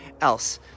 else